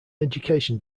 education